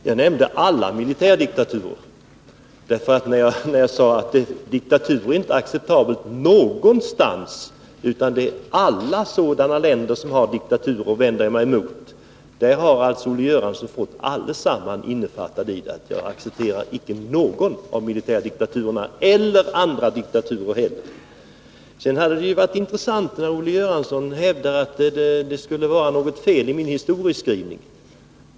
Fru talman! Jag nämnde alla militärdiktaturer, eftersom jag sade att diktaturer inte är acceptabla någonstans. Alla länder som har diktatur vänder jag mig emot. Därmed har alltså Olle Göransson fått alla sådana länder innefattade. Jag accepterar icke några militärdiktaturer — eller andra diktaturer. Olle Göransson hävdar att det skulle vara något fel i min historieskrivning.